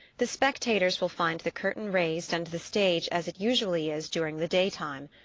the spectators will find the curtain raised and the stage as it usually is during the day time.